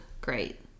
great